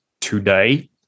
today